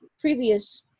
previous